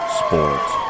sports